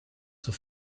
zur